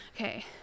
Okay